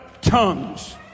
tongues